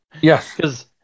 Yes